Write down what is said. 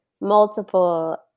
multiple